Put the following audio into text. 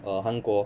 err 韩国